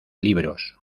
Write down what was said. libros